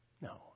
No